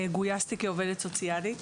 גויסתי כעובדת סוציאלית.